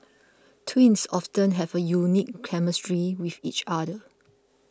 twins often have a unique chemistry with each other